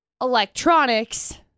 Electronics